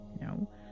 no